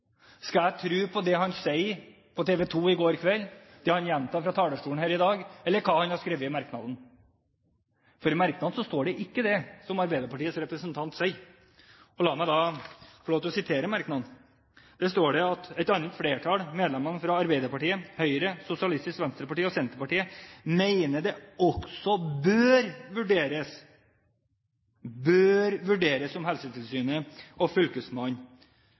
Skal jeg tro på det han sa på TV 2 i går kveld, det han gjentar på talerstolen her i dag, eller hva han har skrevet i merknaden? For i merknaden står det ikke det Arbeiderpartiets representant sier. La meg sitere fra merknaden: «Et annet flertall, medlemmene fra Arbeiderpartiet, Høyre, Sosialistisk Venstreparti og Senterpartiet, mener det også bør vurderes om Helsetilsynet og Fylkesmannen,